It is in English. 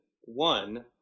one